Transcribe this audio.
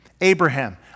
Abraham